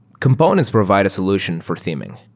components provide a solution for theming.